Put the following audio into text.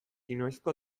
inoizko